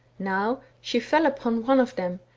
now she fell upon one of them,